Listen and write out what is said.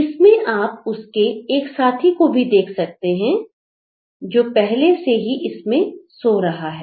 इसमें आप उसके एक साथी को भी देख सकते हैं जो पहले से ही इस में सो रहा है